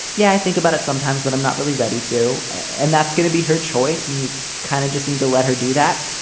yeah, i think about it sometimes, but i'm not really ready to. and that's gonna be her choice. and he kind of just need to let her do that.